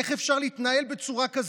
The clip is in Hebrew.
איך אפשר להתנהל בצורה כזאת?